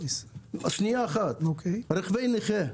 רכבי נכים.